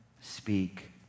Speak